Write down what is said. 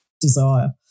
desire